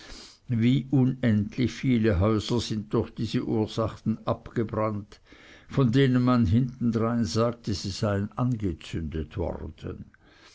wie unendlich viele häuser sind durch diese ursachen abgebrannt von denen man hintendrein sagte sie seien angezündet worden